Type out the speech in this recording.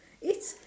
is